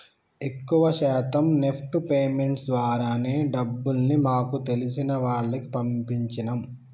ఎక్కువ శాతం NEFT payments ద్వారానే డబ్బుల్ని మాకు తెలిసిన వాళ్లకి పంపించినం